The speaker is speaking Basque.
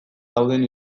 dauden